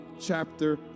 chapter